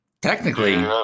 technically